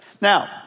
Now